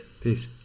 Peace